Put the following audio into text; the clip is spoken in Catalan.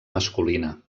masculina